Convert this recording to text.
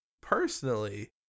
personally